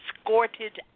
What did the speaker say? escorted